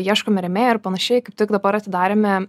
ieškome rėmėjų ir panašiai kaip tik dabar atidarėme